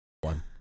one